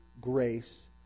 grace